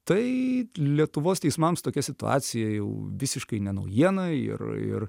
tai lietuvos teismams tokia situacija jau visiškai ne naujiena ir ir